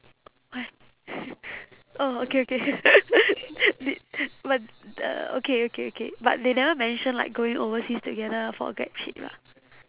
where oh okay okay did but uh okay okay okay but they never mention like going overseas together for grad trip ah